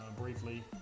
briefly